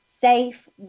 safe